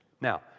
Now